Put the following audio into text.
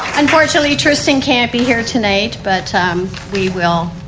unfortunately tristan can't be here tonight but we will